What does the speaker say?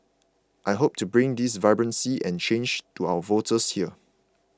I hope to bring this vibrancy and change to our voters here